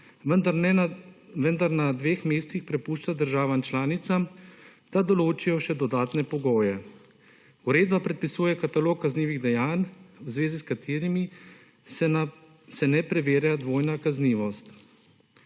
vendar na dveh mestih prepušča državam članicam, da določijo še dodatne pogoje. Uredba predpisuje katalog kaznivih dejanj v zvezi s katerimi se ne preverja dvojna kaznivost.